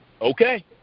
okay